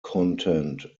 content